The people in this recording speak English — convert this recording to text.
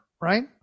right